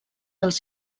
els